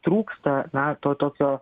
trūksta na to tokio